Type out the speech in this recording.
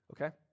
okay